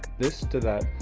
this to that.